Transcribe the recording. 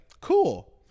cool